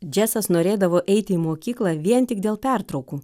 džesas norėdavo eiti į mokyklą vien tik dėl pertraukų